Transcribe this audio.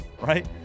right